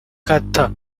kata